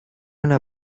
una